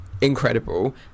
incredible